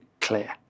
clear